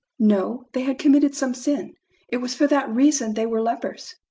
no. they had committed some sin it was for that reason they were lepers.